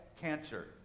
cancer